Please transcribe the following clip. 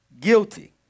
guilty